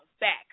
back